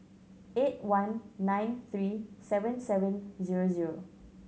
eight one nine three seven seven zero zero